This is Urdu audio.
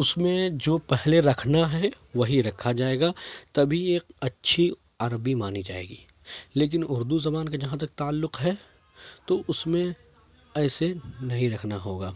اس میں جو پہلے رکھنا ہے وہی رکھا جائے گا تبھی ایک اچھی عربی مانی جائے گی لیکن اردو زبان کا جہاں تک تعلق ہے تو اس میں ایسے نہیں رکھنا ہوگا